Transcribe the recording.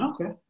Okay